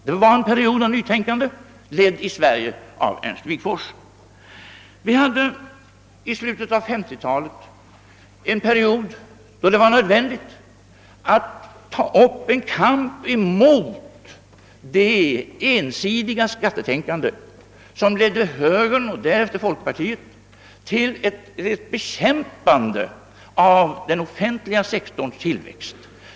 Detta var en period av nytänkande, ledd i Sverige av Ernst Wigforss. Vi befann oss i slutet av 1950-talet i en period då det var nödvändigt att ta upp en kamp mot det ensidiga skattetänkande som ledde högern och därefter folkpartiet till ett bekämpande av den offentliga sektorns tillväxt.